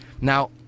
Now